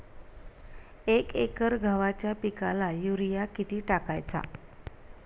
एक एकर गव्हाच्या पिकाला युरिया किती टाकायचा?